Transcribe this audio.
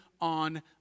on